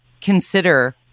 consider